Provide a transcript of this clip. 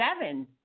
seven